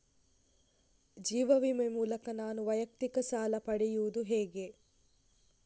ಜೀವ ವಿಮೆ ಮೂಲಕ ನಾನು ವೈಯಕ್ತಿಕ ಸಾಲ ಪಡೆಯುದು ಹೇಗೆ?